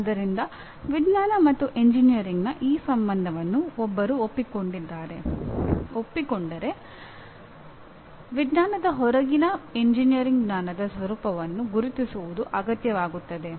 ಆದ್ದರಿಂದ ವಿಜ್ಞಾನ ಮತ್ತು ಎಂಜಿನಿಯರಿಂಗ್ನ ಈ ಸಂಬಂಧವನ್ನು ಒಬ್ಬರು ಒಪ್ಪಿಕೊಂಡರೆ ವಿಜ್ಞಾನದ ಹೊರಗಿನ ಎಂಜಿನಿಯರಿಂಗ್ ಜ್ಞಾನದ ಸ್ವರೂಪವನ್ನು ಗುರುತಿಸುವುದು ಅಗತ್ಯವಾಗುತ್ತದೆ